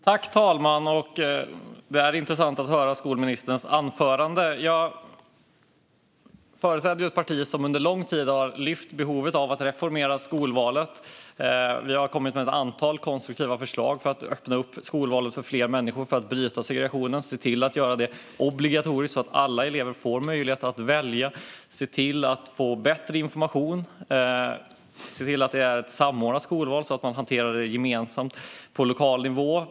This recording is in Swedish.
Fru talman! Det var intressant att höra skolministerns anförande. Jag företräder ju ett parti som under lång tid har lyft fram behovet av att reformera skolvalet. Vi har kommit med ett antal konstruktiva förslag för att öppna upp skolvalet för fler människor för att bryta segregationen och göra det obligatoriskt, så att alla elever får möjlighet att välja. Vi har kommit med förslag för att se till att få bättre information och att det är ett samordnat skolval, så att man hanterar det gemensamt på lokal nivå.